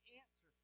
answer